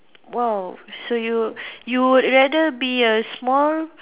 !wow! so you you would rather be a small